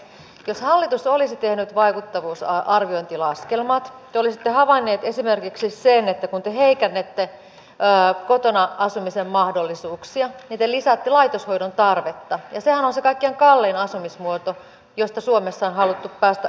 jos hallitus olisi tehnyt vaikuttavuusarviointilaskelmat te olisitte havainneet esimerkiksi sen että kun te heikennätte kotona asumisen mahdollisuuksia niin te lisäätte laitoshoidon tarvetta ja sehän on se kaikkein kallein asumismuoto josta suomessa on haluttu päästä eroon